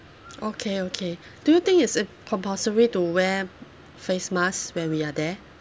okay okay do you think is it compulsory to wear face mask when we are there